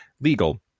legal